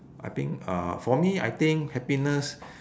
I think uh for me I think happiness